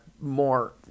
more